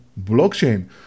blockchain